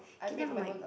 can you have the mic